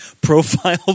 profile